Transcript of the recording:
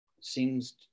seems